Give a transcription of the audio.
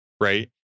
right